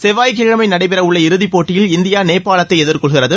செவ்வாய்க்கிழமை நடைபெறவுள்ள இறுதிப்போட்டியில் இந்தியா நேபாளத்தை எதிர்கொள்கிறது